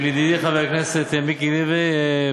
של ידידי חבר הכנסת מיקי לוי,